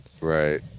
Right